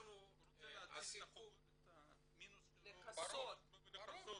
הוא רוצה להציל את המינוס שלו, לכסות.